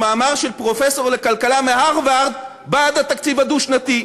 מאמר של פרופסור לכלכלה מהרווארד בעד התקציב הדו-שנתי.